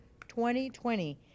2020